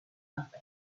nothing